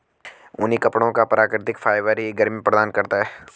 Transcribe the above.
ऊनी कपड़ों का प्राकृतिक फाइबर ही गर्मी प्रदान करता है